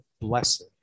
blessed